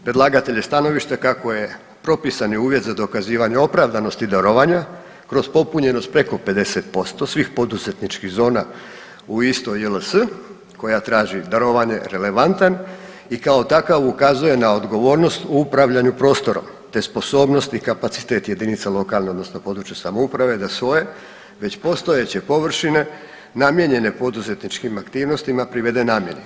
Predlagatelj je stanovište kako je propisani uvjet za dokazivanje opravdanosti darovanja kroz popunjenost preko 50% svih poduzetničkih zona u istoj JLS koja traži darovanje relevantan i kao takav ukazuje na odgovornost u upravljanju prostorom te sposobnost i kapacitet jedinice lokalne odnosno područne samouprave da svoje već postojeće površine namijenjene poduzetničkim aktivnostima privede namjeni.